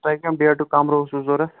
تۄہہِ کَمہِ ڈیٹک کَمرٕ اوسوٕ ضروٗرت